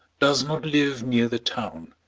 does not live near the town,